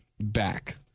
back